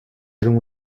allons